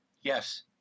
Yes